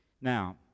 Now